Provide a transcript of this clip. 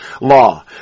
law